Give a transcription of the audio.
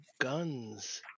guns